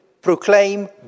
proclaim